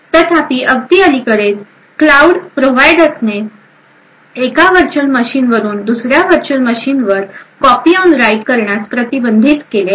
तथापि अगदी अलीकडेच क्लाऊड प्रदात्यांनी एका व्हर्च्युअल मशीन वरून दुसऱ्या व्हर्च्युअल मशीन वर कॉपी ऑन राईट करण्यास प्रतिबंधित केले आहे